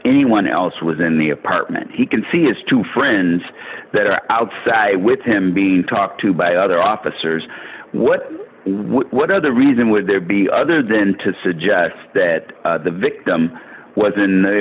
anyone else was in the apartment he can see his two friends that are outside with him being talked to by other officers what what other reason would there be other than to suggest that the victim was in the